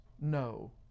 no